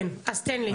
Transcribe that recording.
כן, אז תן לי.